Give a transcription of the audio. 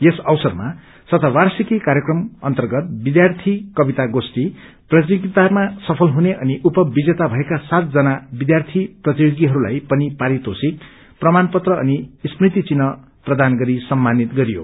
यस अवसरमा शतवार्षिकी कार्यक्रम विद्यार्थी कतिव गोष्ठी प्रतियोगितामा सफल हुने अनि उपविजेता भएका सातजना विद्यार्थी प्रतियोगीहरूलाई पनि पारितोषिक प्रमाण पत्र अनि स्मृति चिन्ह प्रदान गरी सम्मानित गरियो